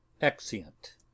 Exeunt